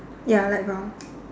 ya light brown